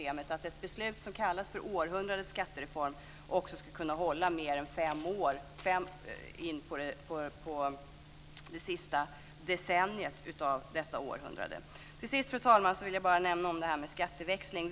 Detta krävs för att det beslut som kallas århundradets skattereform ska kunna hålla mer än fem år in på detta århundrades första decennium. Till sist, fru talman, vill jag bara nämna frågan om skatteväxling.